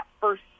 first